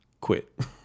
quit